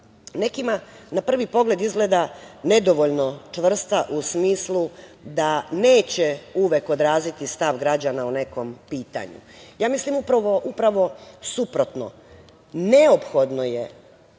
nekima na prvi pogled izgleda nedovoljno čvrsta u smislu da neće uvek odraziti stav građana o nekom pitanju. Ja mislim upravo suprotno. Neophodno je